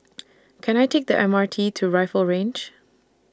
Can I Take The M R T to Rifle Range